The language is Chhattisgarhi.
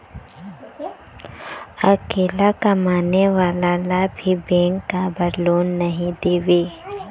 अकेला कमाने वाला ला भी बैंक काबर लोन नहीं देवे?